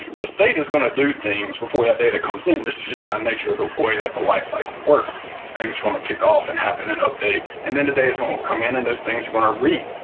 the state is going to do things before that data comes in. this and is just by nature, or the way that the life like works, this thing's going to kick off and happen and update and then today is going to come in and those things are going to reap,